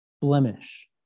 blemish